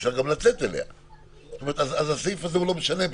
אפשר גם לצאת לחתונה והסעיף הזה לא משנה בכלל.